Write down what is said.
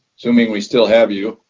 assuming we still have you.